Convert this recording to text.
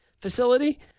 facility